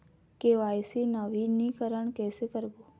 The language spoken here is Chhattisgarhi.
के.वाई.सी नवीनीकरण कैसे करबो?